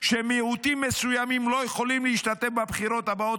שמיעוטים מסוימים לא יכולים להשתתף בבחירות הבאות,